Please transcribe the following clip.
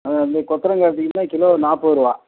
வந்து கொத்தரங்காய் எடுத்துட்டீங்கன்னா கிலோ நாற்பது ருபா